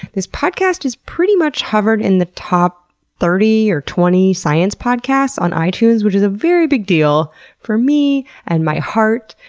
this podcast has pretty much hovered in the top thirty or twenty science podcasts on itunes which is a very big deal for me and my heart.